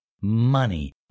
money